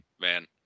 man